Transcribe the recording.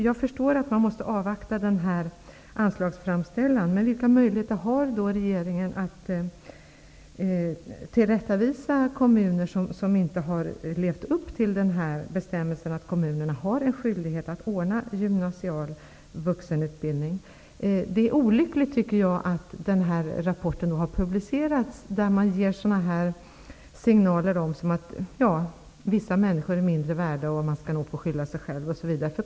Jag förstår att man måste avvakta höstens anslagsframställan, men jag vill fråga vilka möjligheter regeringen har att tillrättavisa kommuner som inte har levt upp till bestämmelsen om att kommunerna har en skyldighet att anordna gymnasial vuxenundervisning. Det är olyckligt att man har publicerat en rapport där det ges signaler om att vissa människor är mindre värda, att man måste skylla sig själv osv.